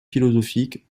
philosophiques